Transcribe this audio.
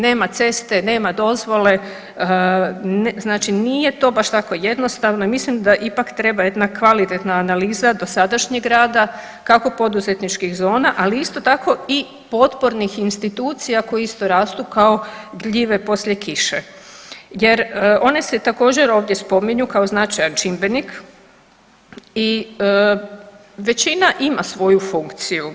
Nema ceste, nema dozvole, znači nije to baš tako jednostavno i mislim da ipak treba jedna kvalitetna analiza dosadašnjeg rada kako poduzetničkih zona, ali isto tako i potpornih institucija koje isto rastu kao gljive poslije kiše jer one se također ovdje spominju kao značajan čimbenik i većina ima svoju funkciju.